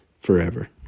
forever